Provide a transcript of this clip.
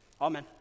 Amen